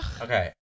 Okay